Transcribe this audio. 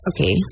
Okay